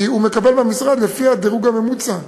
כי הוא מקבל מהמשרד לפי הדירוג הממוצע.